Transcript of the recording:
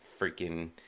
Freaking